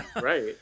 Right